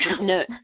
no